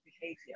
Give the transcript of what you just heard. behavior